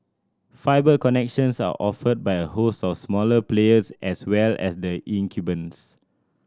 fibre connections are offered by a host of smaller players as well as the incumbents